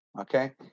Okay